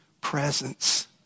presence